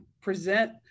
present